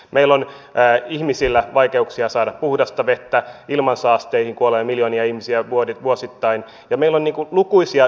meillä on ihmisillä vaikeuksia saada puhdasta vettä ilmansaasteisiin kuolee miljoonia ihmisiä vuosittain ja meillä on lukuisia ympäristöongelmia